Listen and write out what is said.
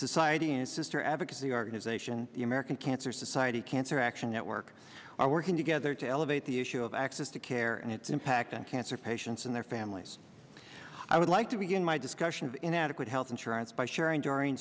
is sister advocacy organization the american cancer society cancer action network are working together to elevate the issue of access to care and its impact on cancer patients and their families i would like to begin my discussion of inadequate health insurance by sharing during